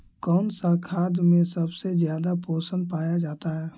कौन सा खाद मे सबसे ज्यादा पोषण पाया जाता है?